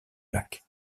lac